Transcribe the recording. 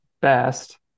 best